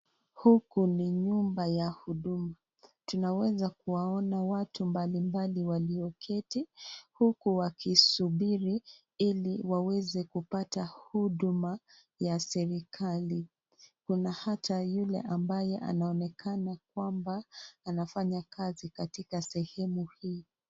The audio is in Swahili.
Huku ni nyumba ya Huduma. Tunaweza kuwaona watu mbalimbali walioketi huku wakisubiri ili waweze kupata huduma ya serikali. Kuna hata yule ambaye anaonekana kwamba anafanya kazi katika sehemu hii.